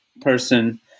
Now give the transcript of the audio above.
person